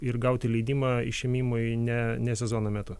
ir gauti leidimą išėmimui ne ne sezono metu